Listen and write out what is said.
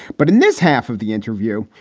but in this half of the interview,